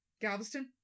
Galveston